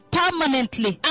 permanently